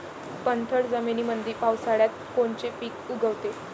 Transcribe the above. पाणथळ जमीनीमंदी पावसाळ्यात कोनचे पिक उगवते?